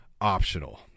optional